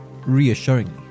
reassuringly